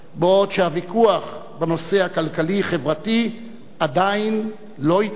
בעוד שהוויכוח בנושא הכלכלי-חברתי עדיין לא התחיל.